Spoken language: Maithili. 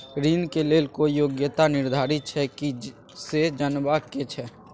ऋण के लेल कोई योग्यता निर्धारित छै की से जनबा के छै?